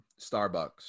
Starbucks